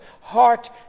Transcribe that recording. heart